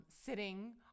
sitting